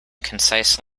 concise